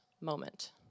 moment